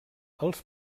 els